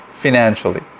Financially